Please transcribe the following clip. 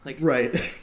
Right